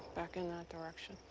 back in that direction.